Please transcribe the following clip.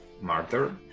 martyr